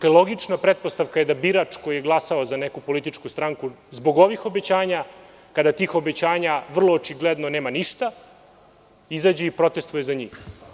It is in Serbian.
Logična pretpostavka je da birač koji je glasao za neku političku stranku, zbog ovih obećanja, kada od tih obećanja vrlo očigledno nema ništa, izađe i protestuje za njih.